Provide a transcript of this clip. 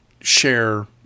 share